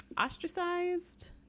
ostracized